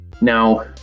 Now